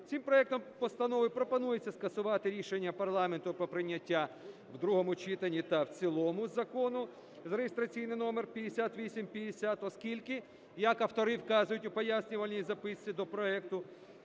Цим проектом постанови пропонується скасувати рішення парламенту про прийняття в другому читанні та в цілому закону реєстраційний номер 5850, оскільки, як автори вказують у пояснювальній записці до проекту,